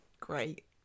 great